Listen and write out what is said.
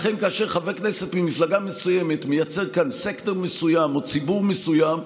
לכן כאשר חבר כנסת ממפלגה מסוימת מייצג כאן סקטור מסוים או ציבור מסוים,